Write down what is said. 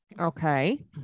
Okay